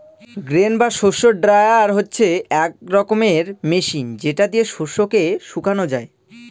grain বা শস্য dryer হচ্ছে এক রকমের মেশিন যেটা দিয়ে শস্যকে শুকানো যায়